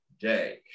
day